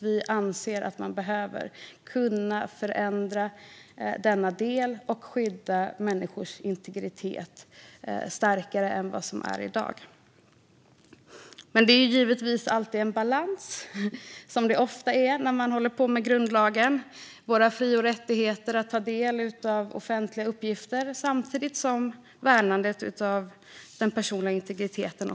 Vi anser att man behöver förändra detta för att kunna skydda människors integritet bättre än i dag. Som så ofta när det gäller grundlagen handlar det om en balans. Våra fri och rättigheter att ta del av offentliga uppgifter står mot att värna den personliga integriteten.